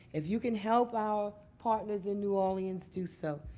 if you can help our partners in new orleans, do so.